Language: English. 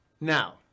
Now